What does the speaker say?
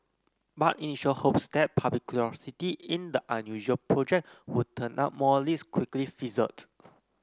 but initial hopes that public curiosity in the unusual project would turn up more leads quickly fizzled